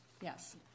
Yes